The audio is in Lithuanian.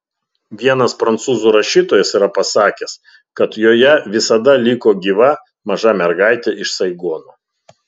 vienas prancūzų rašytojas yra pasakęs kad joje visada liko gyva maža mergaitė iš saigono